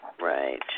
Right